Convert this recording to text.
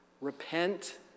Repent